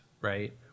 right